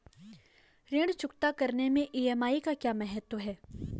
ऋण चुकता करने मैं ई.एम.आई का क्या महत्व है?